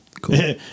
Cool